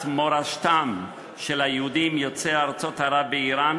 מורשתם של היהודים יוצאי ארצות ערב ואיראן,